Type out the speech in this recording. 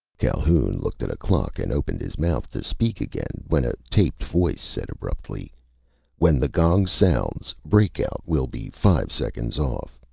calhoun looked at a clock and opened his mouth to speak again, when a taped voice said abruptly when the gong sounds, breakout will be five seconds off.